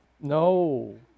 no